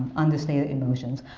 understated emotions.